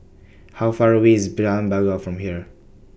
How Far away IS Jalan Bangau from here